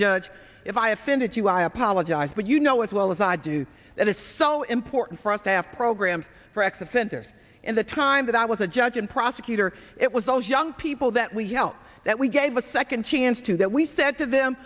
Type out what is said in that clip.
judge if i offended you i apologize but you know as well as i do that it's so important for us after program for x offenders in the time that i was a judge and prosecutor it was those young people that we held that we gave a second chance to that we said to them